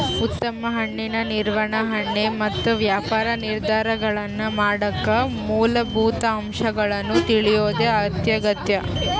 ಉತ್ತಮ ಹಣ್ಣಿನ ನಿರ್ವಹಣೆ ಮತ್ತು ವ್ಯಾಪಾರ ನಿರ್ಧಾರಗಳನ್ನಮಾಡಕ ಮೂಲಭೂತ ಅಂಶಗಳನ್ನು ತಿಳಿಯೋದು ಅತ್ಯಗತ್ಯ